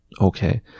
Okay